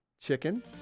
chicken